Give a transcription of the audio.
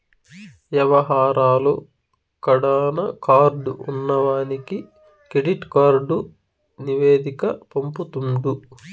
యవహారాలు కడాన కార్డు ఉన్నవానికి కెడిట్ కార్డు నివేదిక పంపుతుండు